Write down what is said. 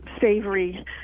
savory